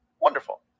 Wonderful